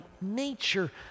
nature